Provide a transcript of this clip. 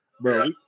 bro